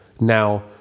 now